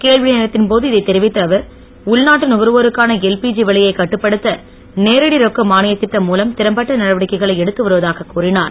கேள்விநேரத்தின் போது இதைத் தெரிவித்த அவர் உள்நாட்டு நுகர்வோருக்கான எல்பிஜி விலையைக் கட்டுப்படுத்த நேரடி ரொக்க மானியத் திட்டம் மூலம் திறம்பட்ட நடவடிக்கைகளை எடுத்துவருவதாகக் கூறிஞர்